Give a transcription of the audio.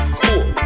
cool